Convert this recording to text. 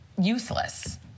useless